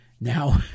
now